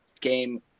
game